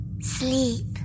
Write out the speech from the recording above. Sleep